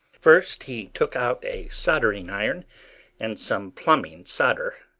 first he took out a soldering iron and some plumbing solder,